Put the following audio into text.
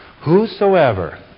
Whosoever